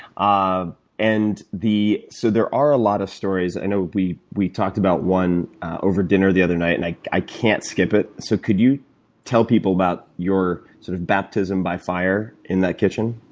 ah and so, there are a lot of stories. and we we talked about one over dinner the other night, and i i can't skip it, so could you tell people about your sort of baptism by fire in that kitchen?